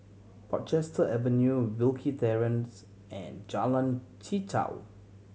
Portchester Avenue Wilkie Terrace and Jalan Chichau